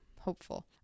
hopeful